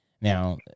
Now